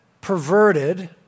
perverted